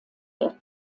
der